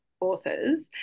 authors